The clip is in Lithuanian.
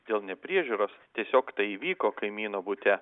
dėl nepriežiūros tiesiog tai įvyko kaimyno bute